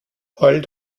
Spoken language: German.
heul